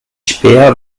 späher